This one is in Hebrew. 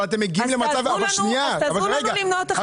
אז תעזרו לנו למנוע את החשבוניות.